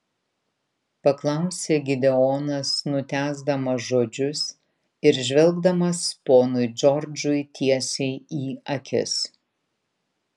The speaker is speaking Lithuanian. paklausė gideonas nutęsdamas žodžius ir žvelgdamas ponui džordžui tiesiai į akis